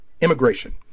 immigration